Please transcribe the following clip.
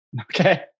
Okay